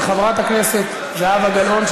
של חברת הכנסת זהבה גלאון,